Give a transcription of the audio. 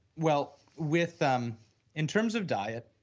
well, with um in terms of diet,